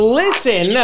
listen